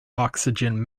oxygen